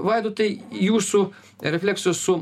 vaidotai jūsų refleksijos su